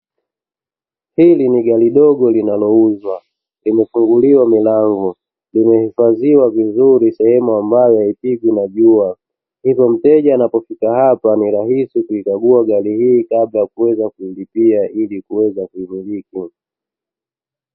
Hili ni gari dogo linalouzwa, limefunguliwa milango, limehifadhiwa vizuri sehemu ambayo haipigwa na jua. Hivyo mteja anapofika hapa ni rahisi kuikagua gari hii kabla kuweza kulipia ili kuweza kuimiliki.